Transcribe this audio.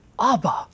Abba